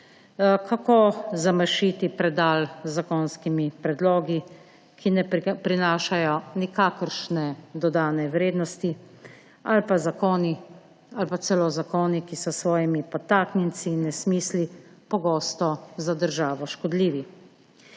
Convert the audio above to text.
kako zamašiti predal z zakonskimi predlogi, ki ne prinašajo nikakršne dodane vrednosti, ali celo zakoni, ki so s svojimi podtaknjenci in nesmisli pogosto za državo škodljivi,